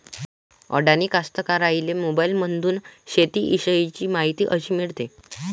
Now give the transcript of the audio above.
अडानी कास्तकाराइले मोबाईलमंदून शेती इषयीची मायती कशी मिळन?